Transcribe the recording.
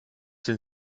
den